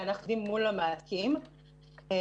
--- אנחנו עובדים מול המעסיקים כשההיתרים